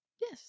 yes